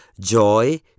joy